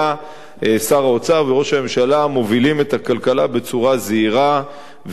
שר האוצר וראש הממשלה מובילים את הכלכלה בצורה זהירה ואחראית,